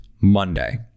Monday